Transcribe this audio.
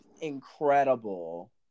incredible